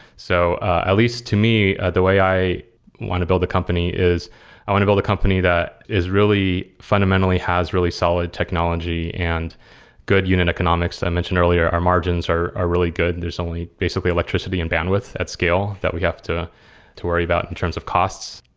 so least, to me, the way i want to build a company is i want to build a company that is really fundamentally has really solid technology and good unit economics that i mentioned earlier. our margins are really good and there's only basically electricity and bandwidth at scale that we have to to worry about in terms of costs.